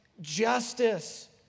justice